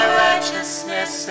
righteousness